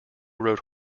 rode